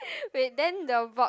wait then the vote